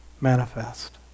manifest